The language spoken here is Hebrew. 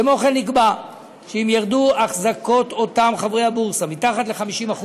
כמו כן נקבע שאם ירדו החזקות אותם חברי בורסה מתחת ל-50%,